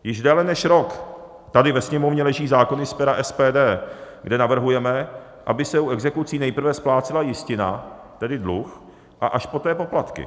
Již déle než rok tady ve Sněmovně leží zákony z pera SPD, kde navrhujeme, aby se u exekucí nejprve splácela jistina, tedy dluh, a až poté poplatky.